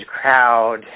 crowd